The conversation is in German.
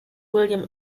william